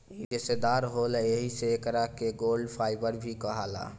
इ रेसादार होला एही से एकरा के गोल्ड फाइबर भी कहाला